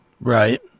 right